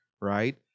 Right